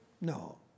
No